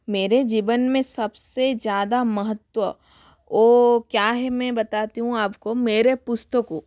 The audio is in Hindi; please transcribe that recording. मेरे जीवन में सबसे ज़्यादा महत्व ओ क्या है मैं बताती हूँ आपको मेरे पुस्तकों